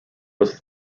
was